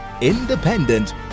independent